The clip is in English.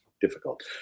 difficult